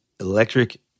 electric